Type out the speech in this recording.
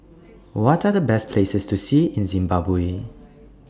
What Are The Best Places to See in Zimbabwe